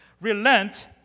relent